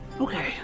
okay